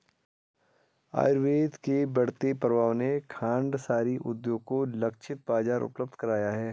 आयुर्वेद के बढ़ते प्रभाव ने खांडसारी उद्योग को लक्षित बाजार उपलब्ध कराया है